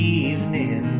evening